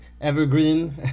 evergreen